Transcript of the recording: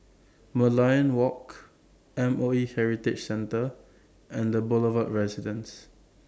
Merlion Walk M O E Heritage Center and The Boulevard Residence